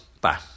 bye